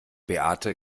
beate